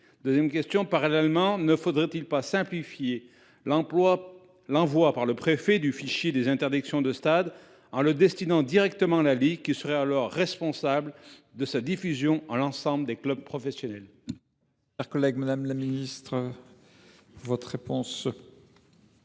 D’autre part, ne faudrait il pas simplifier l’envoi par le préfet du fichier des interdictions de stades, en le destinant directement à la LFP, qui serait alors responsable de sa diffusion à l’ensemble des clubs professionnels ?